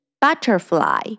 Butterfly